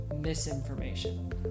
misinformation